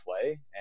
play